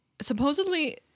Supposedly